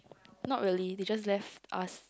not really they just left us